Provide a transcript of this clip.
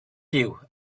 you